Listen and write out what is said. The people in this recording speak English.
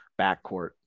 backcourt